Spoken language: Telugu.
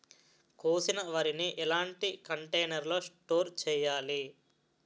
కోసిన వరిని ఎలాంటి కంటైనర్ లో స్టోర్ చెయ్యాలి?